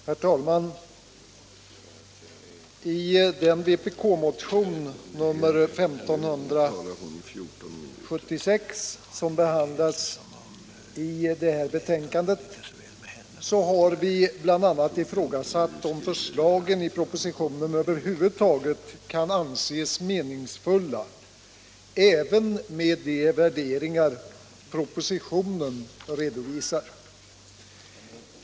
Herr talman! I den vpk-motion, nr 1576, som behandlas i detta betänkande har vi bl.a. ifrågasatt om förslagen i propositionen över huvud taget kan anses meningsfulla även med de värderingar som propositionen redovisar.